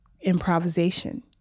improvisation